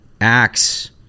acts